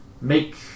make